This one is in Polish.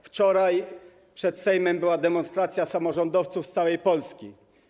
Wczoraj przed Sejmem była demonstracja samorządowców z całej Polski.